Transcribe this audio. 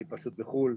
אני פשוט בחו״ל,